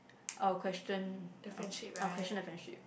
I'll question uh I'll question the friendship